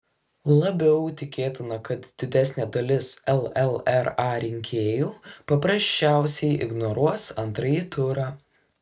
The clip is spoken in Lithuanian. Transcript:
labiau tikėtina kad didesnė dalis llra rinkėjų paprasčiausiai ignoruos antrąjį turą